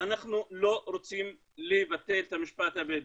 אנחנו לא רוצים לבטל את המשפט הבדואי.